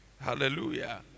Hallelujah